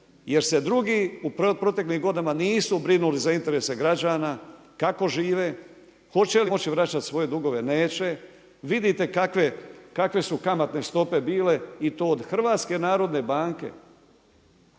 Jer se drugi u proteklim godinama nisu brinuli za interese građana, kako žive, hoće li moći vraćati svoje dugove ili neće, vidjeti kakve su kamatne stope bile i to od HNB. Pa zar nas